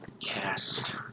cast